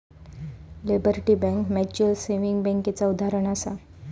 liberty bank mutual saving बैंकेचा उदाहरणं आसा